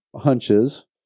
hunches